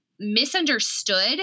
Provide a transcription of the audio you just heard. misunderstood